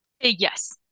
Yes